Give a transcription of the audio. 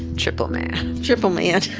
triple man. triple man.